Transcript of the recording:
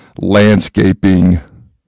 landscaping